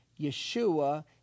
Yeshua